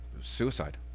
suicide